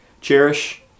Cherish